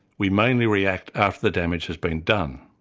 we mainly react after the damage has been done.